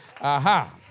Aha